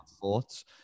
thoughts